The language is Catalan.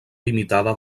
limitada